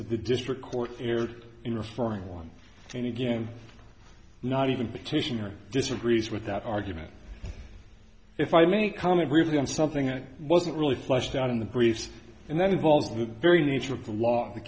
the district court erred in referring one and again not even petitioner disagrees with that argument if i may comment really on something it wasn't really fleshed out in the briefs and that involves the very nature of the law the